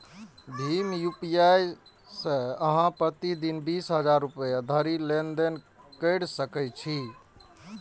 भीम UPI सं अहां प्रति दिन बीस हजार रुपैया धरि लेनदेन कैर सकै छी